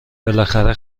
بالاخره